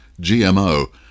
GMO